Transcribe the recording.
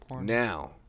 Now